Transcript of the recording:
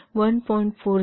40 value C 3